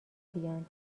بیان